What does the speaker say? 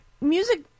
Music